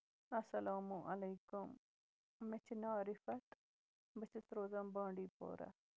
اَلسلامُ علیکُم مےٚ چھُ ناو رِفَت بہٕ چھَس روزان بانڈی پورا